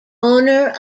owner